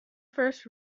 first